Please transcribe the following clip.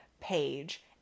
page